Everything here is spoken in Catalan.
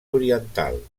oriental